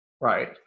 Right